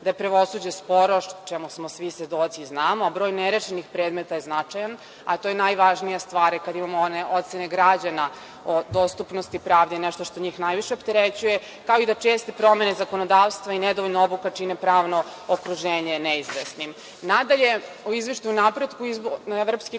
da je pravosuđe sporo, čemu smo svi svedoci i znamo, a broj nerešenih predmeta je značajan, a to je najvažnija stvar kada imamo one ocene građana o dostupnosti pravde i nešto što njih najviše opterećuje, kao i da česte promene zakonodavstva i nedovoljna obuka čine pravno okruženje neizvesnim. Nadalje,